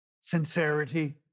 sincerity